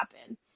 happen